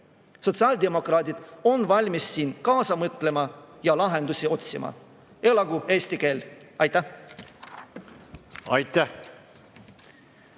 Sotsiaaldemokraadid on valmis siin kaasa mõtlema ja lahendusi otsima. Elagu eesti keel! Aitäh! Aitäh!